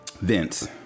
Vince